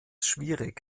schwierig